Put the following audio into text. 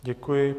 Děkuji.